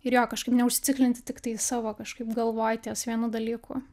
ir jo kažkaip neužsiciklinti tiktai savo kažkaip galvoj ties vienu dalyku